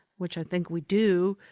which i think we do,